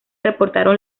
reportaron